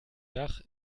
dach